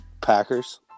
Packers